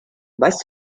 basse